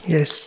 Yes